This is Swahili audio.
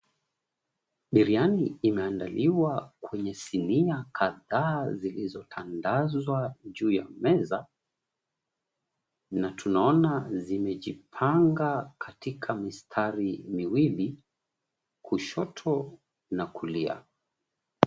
Biriani imeandaliwa kwenye sinia kadhaa zilizotandazwa juu ya meza na tunaona zimejipanga katika mistari miwili, kushoto na kulia.